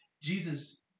Jesus